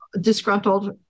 disgruntled